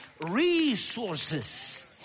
resources